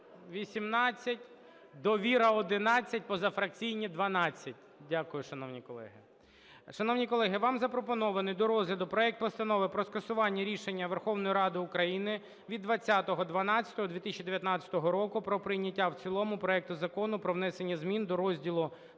18, "Довіра" – 11, позафракційні – 12. Дякую, шановні колеги. Шановні колеги, вам запропонований до розгляду проект Постанови про скасування рішення Верховної Ради України від 20.12.2019 року про прийняття в цілому проекту Закону про внесення змін до Розділу